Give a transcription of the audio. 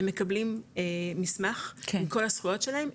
הם מקבלים מסמך עם כל הזכויות שלהם,